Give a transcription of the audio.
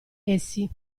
essi